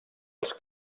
als